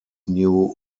new